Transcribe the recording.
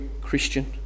Christian